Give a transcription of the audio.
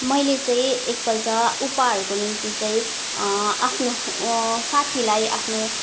मैले चाहिँ एकपल्ट उपहारको निम्ति चाहिँ आफ्नो साथीलाई आफ्नो